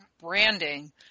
branding